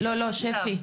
לא, שפי,